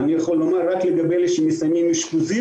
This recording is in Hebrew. אני יכול לומר רק לגבי אלה שמסיימים אשפוזית,